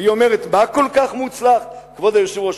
היא אומרת: "מה כל כך מוצלח" כבוד היושב-ראש,